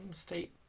state?